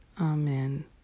amen